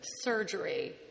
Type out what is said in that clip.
surgery